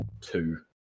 two